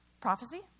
prophecy